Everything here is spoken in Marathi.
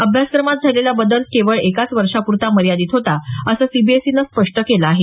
अभ्यासक्रमात झालेला बदल केवळ एकाच वर्षाप्रता मर्यादित होता असं सीबीएसईनं स्पष्ट केलं आहे